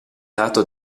lato